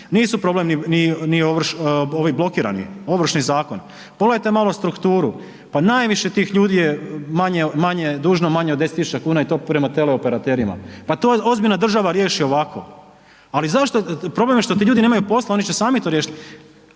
Nisu problem ni ovi blokirani, Ovršni zakon. Pogledajte malo strukturu, pa najviše tih ljudi je manje, manje dužno manje od 10.000 kuna i to prema teleoperaterima, pa to ozbiljna država riješi ovako. Ali zašto, problem je što ti ljudi nemaju posla, oni će sami to riješiti.